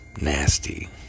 nasty